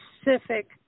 specific